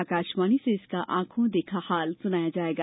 आकाशवाणी से इसका आंखों देखा हाल सुनाया जायेगा